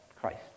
Christ